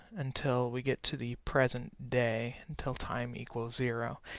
until we get to the present day. until time equals zero,